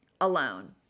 alone